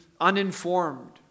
uninformed